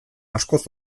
askoz